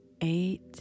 Eight